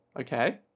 okay